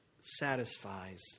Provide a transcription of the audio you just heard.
satisfies